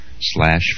slash